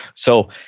so,